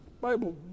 Bible